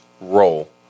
roll